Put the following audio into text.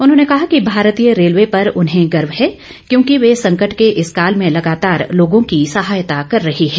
उन्होंने कहा कि भारतीय रेलवे पर उन्हें गर्व है क्योंकि वे संकट के इस काल में लगातार लोगों की सहायता कर रही है